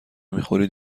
میخورید